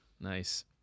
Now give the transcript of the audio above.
Nice